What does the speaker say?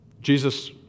Jesus